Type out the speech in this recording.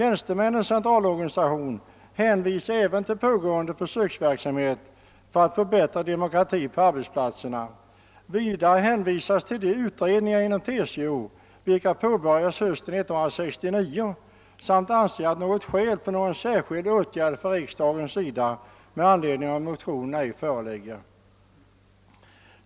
Även TCO hänvisar till pågående försöksverksamhet för att få bättre demokrati på arbetsplatserna. Man hänvisar vidare till de utredningar inom TCO som påbörjades hösten 1969 och anser att något skäl för en särskild åtgärd från riksdagens sida med anledning av motionerna inte föreligger.